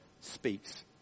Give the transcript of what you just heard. speaks